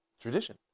tradition